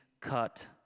cut